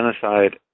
genocide